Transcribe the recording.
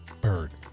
bird